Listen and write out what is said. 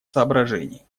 соображений